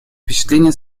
впечатление